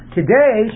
Today